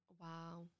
Wow